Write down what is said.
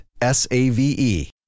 S-A-V-E